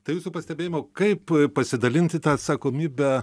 tai jūsų pastebėjimo kaip pasidalinti tą atsakomybę